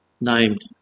named